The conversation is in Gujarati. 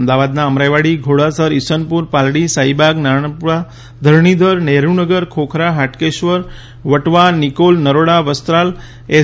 અમદાવાદના અમરાઇવાડી ઘોડાસર ઇસનપુર પાલડી શાહીબાગ નારણપુરા ધરણીધર નહેરૂનગર ખોખરા હાટકેશ્વર વટવા નિકોલ નરોડા વસ્ત્રાલ એસ